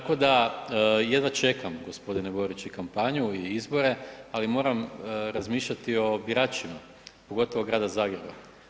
Tako da jedva čekam gospodine Borić i kampanju i izbore, ali moram razmišljati o biračima, pogotovo Grada Zagreba.